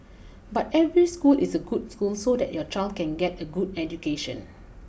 but every school is a good school so that your child can get a good education